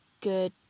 good